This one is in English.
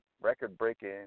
record-breaking